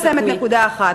אני כבר מסיימת נקודה אחת.